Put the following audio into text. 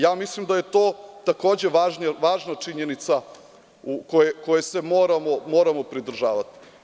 Ja mislim da je to takođe važna činjenica koje se moramo pridržavati.